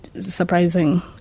surprising